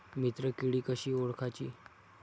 मित्र किडी कशी ओळखाची?